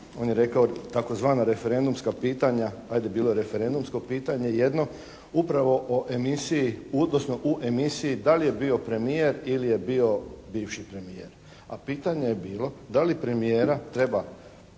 on je rekao tzv. referendumska pitanja, ajde bilo je referendumsko pitanje jedno upravo o emisiji odnosno u emisiji da li je bio premijer ili je bio bivši premijer a pitanje je bilo da li premijera treba,